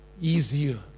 Easier